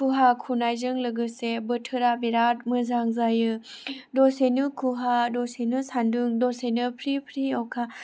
खुवा खुनायजों लोगोसे बोथोरा बिराद मोजां जायो दसेनो खुवा दसेनो सान्दुं दसेनो फ्रि फ्रि अखा